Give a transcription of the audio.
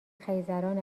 خیزران